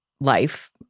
life